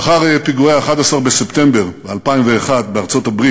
לאחר פיגועי ה-11 בספטמבר 2001 בארצות-הברית,